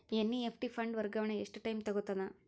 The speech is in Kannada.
ಎನ್.ಇ.ಎಫ್.ಟಿ ಫಂಡ್ ವರ್ಗಾವಣೆ ಎಷ್ಟ ಟೈಮ್ ತೋಗೊತದ?